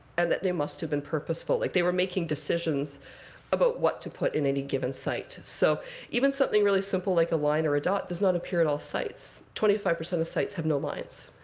and that they must have been purposeful. like, they were making decisions about what to put in any given site. so even something really simple like a line or a dot does not appear at all sites. twenty five percent of sites have no lines.